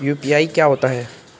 UPI क्या होता है?